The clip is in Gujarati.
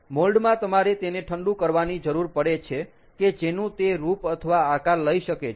મોલ્ડ માં તમારે તેને ઠંડુ કરવાની જરૂર પડે છે કે જેનું તે રૂપ અથવા આકાર લઈ શકે છે